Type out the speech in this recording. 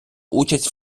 участь